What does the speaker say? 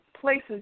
places